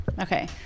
okay